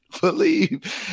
believe